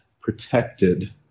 protected